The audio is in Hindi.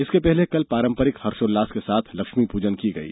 इससे पहले कल पारंपरिक हर्षोल्लास के साथ लक्ष्मीपूजन की गई